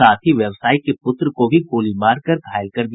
साथ ही व्यवसायी के पुत्र को भी गोली मारकर घायल कर दिया